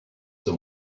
them